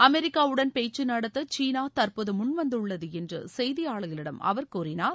அமெரிக்காவுடன் பேச்சு நடத்த சீனா தற்போது முன்வந்துள்ளது என்று செய்தியாளர்களிடம் அவர் கூறினார்